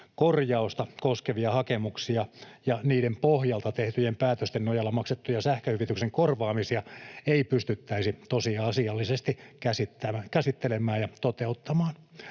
korjausta koskevia hakemuksia ja niiden pohjalta tehtyjen päätösten nojalla maksettuja sähköhyvityksen korvaamisia ei pystyttäisi tosiasiallisesti käsittelemään ja toteuttamaan.